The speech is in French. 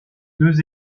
deux